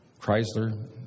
Chrysler